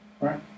Right